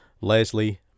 Leslie